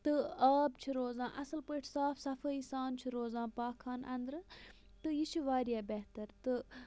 تہٕ آب چھُ روزان اصٕل پٲٹھۍ صاف صَفٲیی سان چھُ روزان پاک خانہ اندرٕ تہٕ یہِ چھُ واریاہ بہتَر تہٕ